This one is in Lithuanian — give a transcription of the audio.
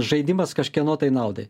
žaidimas kažkieno tai naudai